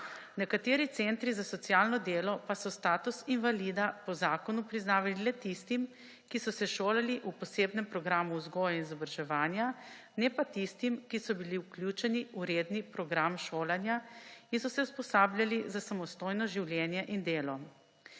Nekateri centri za socialno delo pa so status invalida po zakonu priznavali le tistim, ki so se šolali v posebnem programu vzgoje in izobraževanja, ne pa tistim, ki so bili vključeni v redni program šolanja in so se usposabljali za samostojno življenje in delo.